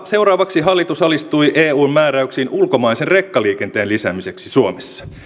seuraavaksi hallitus alistui eun määräyksiin ulkomaisen rekkaliikenteen lisäämiseksi suomessa